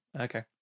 okay